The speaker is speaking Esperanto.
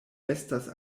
estas